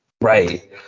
Right